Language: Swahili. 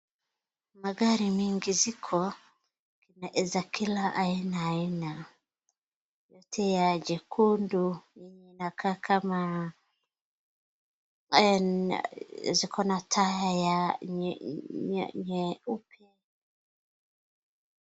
magari mingi ziko na za kila aina aina hata ya jekundu iankaa kama zikona taa ya nyeupe